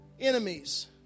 enemies